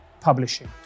Publishing